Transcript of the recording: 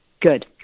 Good